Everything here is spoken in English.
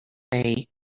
bay